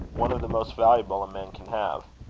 one of the most valuable a man can have.